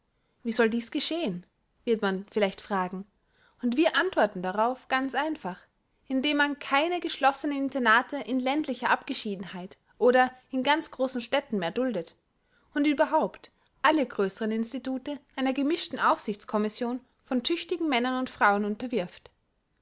wie soll dies geschehen wird man vielleicht fragen und wir antworten darauf ganz einfach indem man keine geschlossnen internate in ländlicher abgeschiedenheit oder in ganz großen städten mehr duldet und überhaupt alle größeren institute einer gemischten aufsichtscommission von tüchtigen männern und frauen